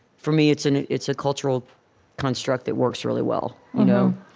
for me, it's and it's a cultural construct that works really well, you know?